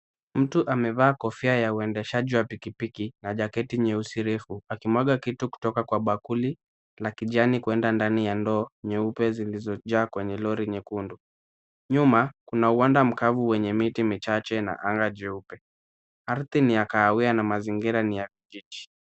Mtu amevaa kofia ya uendeshaji wa pikipiki na jaketi nyeusi refu, akimwaga kitu kutoka kwa bakuli na kijani kwenda ndani ya ndoo nyeupe zilizojaa kwenye lori nyekundu. Nyuma, kuna uwanda mkavu wenye miti michache na anga jeupe. Ardhi ni ya kahawia na mazingira ni ya vijiti.